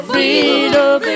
Freedom